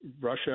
Russia